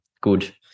good